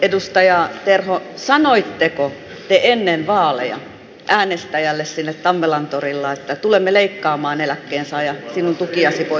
edustaja terho sanoitteko te ennen vaaleja äänestäjälle siellä tammelan torilla että tulemme leikkaamaan eläkkeensaaja sinun tukiasi pois